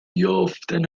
یافتن